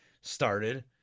started